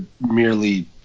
merely